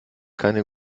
keine